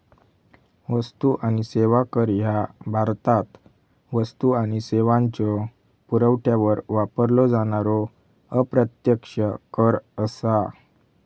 वस्तू आणि सेवा कर ह्या भारतात वस्तू आणि सेवांच्यो पुरवठ्यावर वापरलो जाणारो अप्रत्यक्ष कर असा